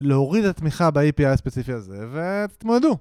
להוריד התמיכה ב-API הספציפי הזה ותמודדו!